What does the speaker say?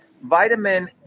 vitamin